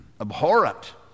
abhorrent